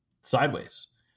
sideways